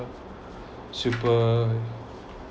super